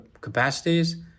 capacities